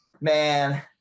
Man